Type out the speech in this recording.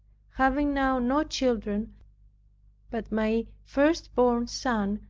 having now no children but my first-born son,